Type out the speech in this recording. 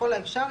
ככל האפשר,